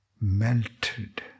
melted